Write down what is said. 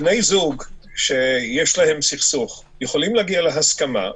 בני זוג שיש להם סכסוך, יכולים להגיע להסכמה,